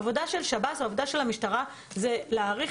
העבודה של שירות בתי הסוהר והעבודה של המשטרה היא להעריך